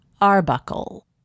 Arbuckle